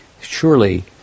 surely